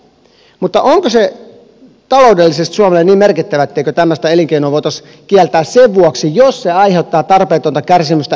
mutta onko se taloudellisesti suomelle niin merkittävää etteikö tällaista elinkeinoa voitaisi kieltää sen vuoksi jos se aiheuttaa tarpeetonta kärsimystä eläimille